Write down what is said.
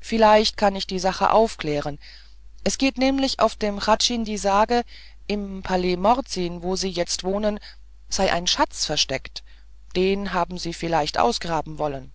vielleicht kann ich die sache aufklären es geht nämlich auf dem hradschin die sage im palais morzin wo sie jetzt wohnen sei ein schatz versteckt den haben die vielleicht ausgraben wollen